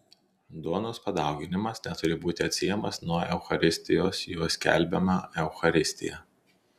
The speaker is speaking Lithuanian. duonos padauginimas neturi būti atsiejamas nuo eucharistijos juo skelbiama eucharistija